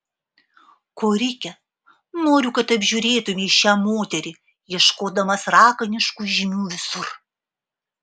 korike noriu kad apžiūrėtumei šią moterį ieškodamas raganiškų žymių visur